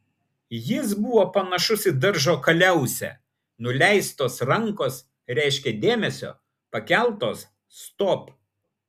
jis buvo panašus į daržo kaliausę nuleistos rankos reiškė dėmesio pakeltos stop